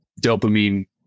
dopamine